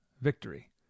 victory